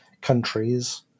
countries